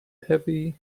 heavy